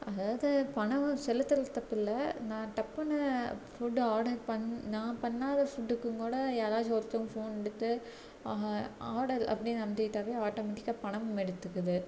அதாவது பணம் செலுத்துறது தப்பில்ல நான் டப்புன்னு ஃபுட்டு ஆர்டர் பண் நா பண்ணாத ஃபுட்டுக்கும் கூட யாராச்சும் ஒருத்தங்க ஃபோன் எடுத்து ஆ ஆர்டர் அப்டின்னு அமுத்திட்டாவே ஆட்டோமெட்டிக்கா பணம் எடுத்துக்குது